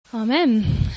Amen